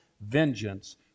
vengeance